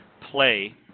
play